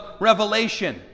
Revelation